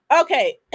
okay